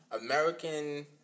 American